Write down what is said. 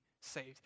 saved